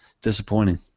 disappointing